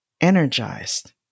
energized